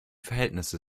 verhältnisse